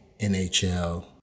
nhl